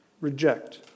reject